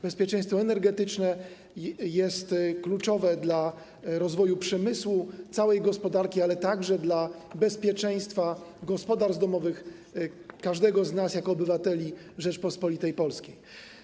Bezpieczeństwo energetyczne jest kluczowe dla rozwoju przemysłu, całej gospodarki, ale także dla bezpieczeństwa gospodarstw domowych, każdego z nas jako obywateli Rzeczypospolitej Polskiej.